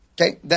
Okay